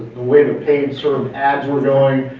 way that paid sort of ads were going.